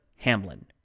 Hamlin